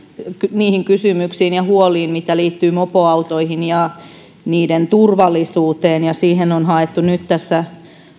niihin kysymyksiin ja huoliin mitä liittyy mopoautoihin ja niiden turvallisuuteen ja siihen on haettu nyt tässä